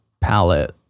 palette